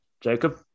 Jacob